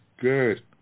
good